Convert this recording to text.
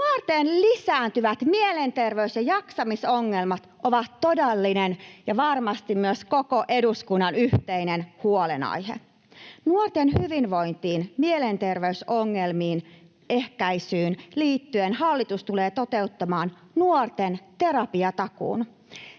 Nuorten lisääntyvät mielenterveys- ja jaksamisongelmat ovat todellinen ja varmasti myös koko eduskunnan yhteinen huolenaihe. Nuorten hyvinvointiin ja mielenterveys-ongelmien ehkäisyyn liittyen hallitus tulee toteuttamaan nuorten terapiatakuun.